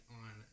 on